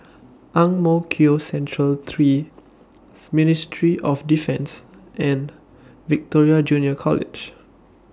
Ang Mo Kio Central three Ministry of Defence and Victoria Junior College